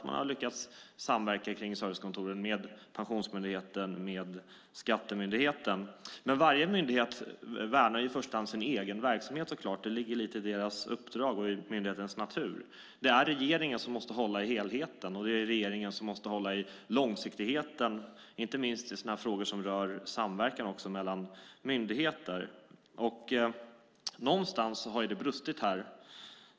Man har lyckats samverka kring servicekontoren med Pensionsmyndigheten och med Skatteverket. Men varje myndighet värnar så klart sin egen verksamhet. Det ligger lite i myndighetens uppdrag och natur. Det är regeringen som måste hålla i helheten, och det är regeringen som måste hålla i långsiktigheten, inte minst i frågor som rör samverkan mellan myndigheter. Någonstans har det brustit här.